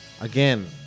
again